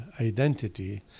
identity